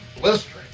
blistering